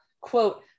quote